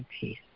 peace